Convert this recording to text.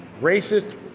Racist